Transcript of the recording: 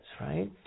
right